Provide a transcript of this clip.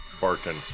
Barkin